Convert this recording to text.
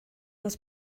das